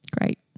great